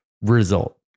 result